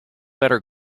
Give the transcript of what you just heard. better